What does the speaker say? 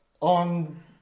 on